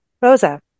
Rosa